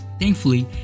Thankfully